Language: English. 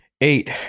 Eight